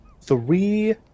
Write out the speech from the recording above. three